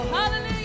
Hallelujah